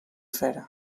fer